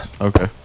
Okay